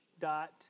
dot